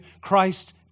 Christ